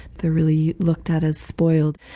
they're really looked at as spoiled.